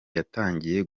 yatangiye